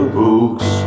books